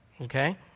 Okay